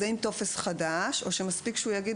אז האם טופס חדש או שמספיק שהוא יגיד